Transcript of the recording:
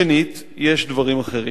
שנית, יש דברים אחרים.